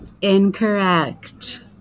Incorrect